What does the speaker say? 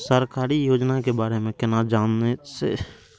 सरकारी योजना के बारे में केना जान से?